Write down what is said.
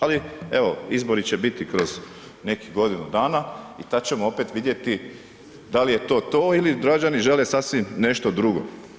Ali evo, izbori će biti kroz nekih godinu dana i tada ćemo opet vidjeti da li je to to ili građani žele sasvim nešto drugo.